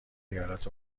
ایالات